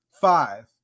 Five